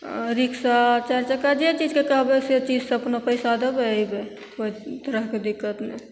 रिक्सा चारि चक्का जाहि चीजके कहबय से चीजसँ अपना पैसा देबय अयबय कोइ तरहके दिक्कत नहि